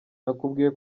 nakubwiye